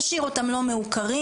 נשאיר אותם לא מעוקרים,